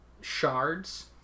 shards